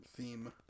theme